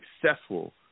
successful